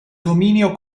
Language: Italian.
dominio